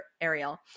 Ariel